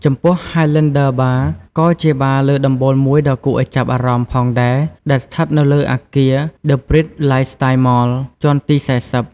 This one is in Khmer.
ចំពោះ ហាយឡែនឌឺ បារ (Highlander Bar) ក៏ជាបារលើដំបូលមួយដ៏គួរឱ្យចាប់អារម្មណ៍ផងដែរ ដែលស្ថិតនៅលើអគារ ដឹ ប៊្រីដ ឡាយស្តាយ៍ ម៉ល (The Bridge Lifestyle Mall) ជាន់ទី ៤០។